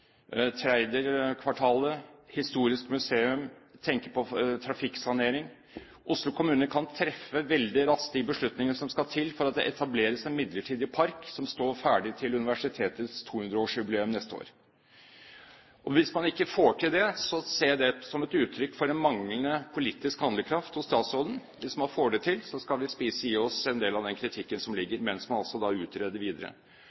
Historisk museum – og tenker på trafikksanering. Oslo kommune kan veldig raskt treffe de beslutninger som skal til for at det etableres en midlertidig park som står ferdig til universitetets 200-årsjubileum neste år. Hvis man ikke får til det, ser jeg det som et uttrykk for manglende politisk handlekraft hos statsråden. Hvis man får det til, skal vi spise i oss en del av den kritikken som ligger, mens man altså utreder videre.